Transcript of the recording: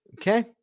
okay